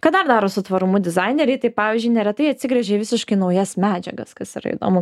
ką dar daro su tvarumu dizaineriai tai pavyzdžiui neretai atsigręžia į visiškai naujas medžiagas kas yra įdomu